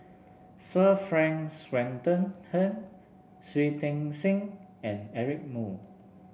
Sir Frank Swettenham Shui Tit Sing and Eric Moo